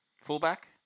fullback